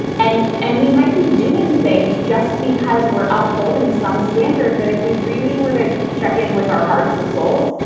and and we might be doing things just because we're upholding some standard that if we really were to check in with our hearts and souls,